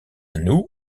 nous